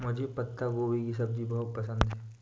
मुझे पत्ता गोभी की सब्जी बहुत पसंद है